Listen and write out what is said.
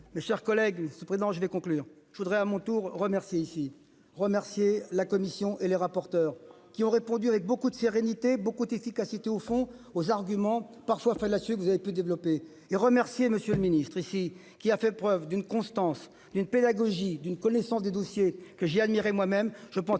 mes chers collègues ce président je vais conclure je voudrais à mon tour remercier ici remercier la Commission et les rapporteurs qui ont répondu avec beaucoup de sérénité, beaucoup d'efficacité au fond aux arguments parfois a su que vous avez pu développer et remercier monsieur le Ministre ici qu'il a fait preuve d'une constance, d'une pédagogie d'une connaissance des dossiers que j'ai admiré moi même